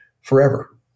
forever